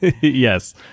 yes